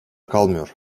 kalmıyor